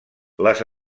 les